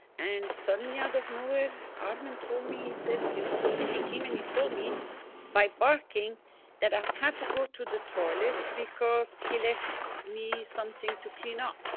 and, suddenly out of nowhere armen told me, he says, you know something, he came and he told me by barking that i had to go to the toilet, because he left me something to clean up.